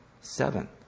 Seven